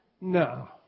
No